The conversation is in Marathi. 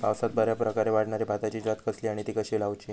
पावसात बऱ्याप्रकारे वाढणारी भाताची जात कसली आणि ती कशी लाऊची?